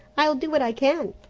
i'll do what i can.